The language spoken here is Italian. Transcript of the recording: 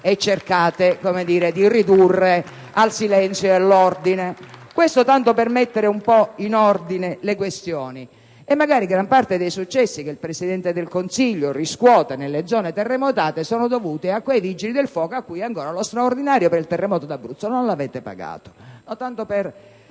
Gruppo PD e del senatore Pardi).* Questo tanto per mettere un po' di ordine nelle questioni. E magari gran parte dei successi che il Presidente del Consiglio riscuote nelle zone terremotate sono dovute a quei vigili del fuoco a cui ancora lo straordinario per il terremoto d'Abruzzo non l'avete pagato. Tanto per